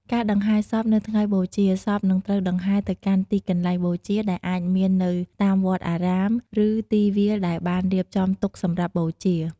ការដង្ហែសព នៅថ្ងៃបូជា សពនឹងត្រូវដង្ហែទៅកាន់ទីកន្លែងបូជា ដែលអាចមាននៅតាមវត្តអារាម ឬទីវាលដែលបានរៀបចំទុកសម្រាប់បូជា។